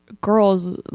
girls